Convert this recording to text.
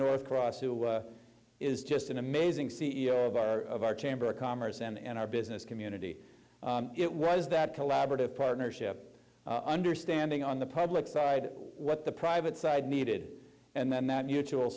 north cross who is just an amazing c e o of our of our chamber of commerce and our business community it was that collaborative partnership understanding on the public side what the private side needed and then that mutual